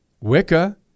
Wicca